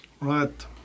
Right